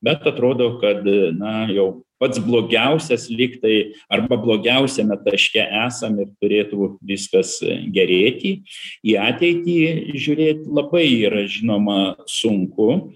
bet atrodo kad na jau pats blogiausias lygtai arba blogiausiame taške esam ir turėtų viskas gerėti į ateitį žiūrėt labai yra žinoma sunku